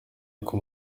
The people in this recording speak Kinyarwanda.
uko